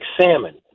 salmon